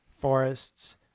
forests